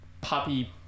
puppy